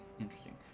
Interesting